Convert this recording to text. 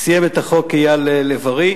סיים את החוק אייל לב-ארי.